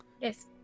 yes